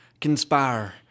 conspire